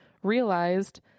realized